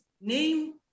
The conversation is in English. name